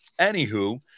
anywho